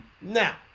Now